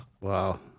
Wow